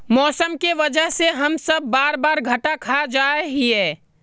मौसम के वजह से हम सब बार बार घटा खा जाए हीये?